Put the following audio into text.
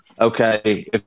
Okay